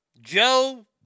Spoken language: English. Joe